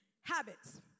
Habits